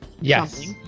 yes